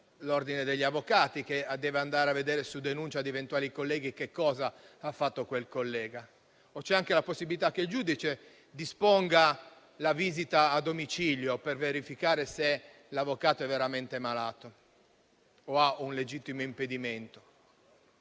l'Ordine degli avvocati che deve andare a vedere, su denuncia di eventuali colleghi, che cosa ha fatto l'avvocato, oppure c'è anche la possibilità che il giudice disponga la visita a domicilio per verificare se l'avvocato è veramente malato o ha un legittimo impedimento.